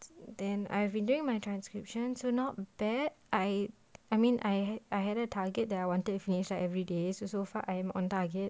then I've been doing my transcription so not bad I I mean I I I had a target that I wanted to finish every day so so far I'm on target